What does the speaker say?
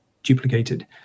Duplicated